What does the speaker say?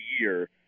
year